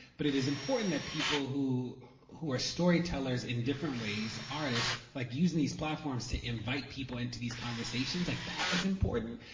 but it is important that people who who are storytellers in different ways artists like using these platforms to invite people into these conversations. like that is important.